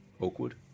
oakwood